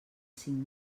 cinc